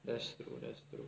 that's true that's true